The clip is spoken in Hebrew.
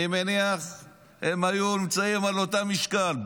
אני מניח שהם היו נמצאים על אותו משקל.